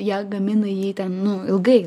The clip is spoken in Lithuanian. jie gamina jį ten nu ilgai